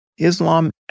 Islam